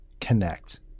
connect